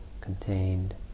contained